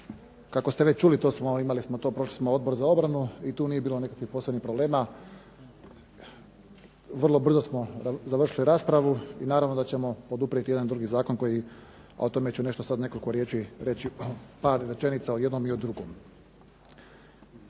Kako ste već čuli, imali smo to, prošli smo Odbor za obranu i tu nije bilo nikakvih posebnih problema. Vrlo brzo smo završili raspravu i naravno da ćemo poduprijeti jedan drugi zakon, a o tome ću sad nekoliko riječi reći, par rečenica o jednom i o drugom.